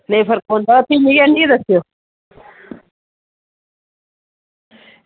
नेईं फर्क पौंदा भी आह्नियै दस्सो